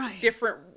different